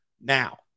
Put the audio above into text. Now